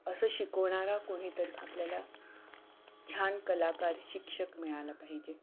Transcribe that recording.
असं शिकवणारा कोणीतरी आपल्याला छान कलाकार शिक्षक मिळाला पाहिजे